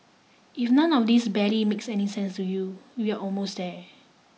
if none of this barely makes any sense to you we're almost there